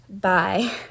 Bye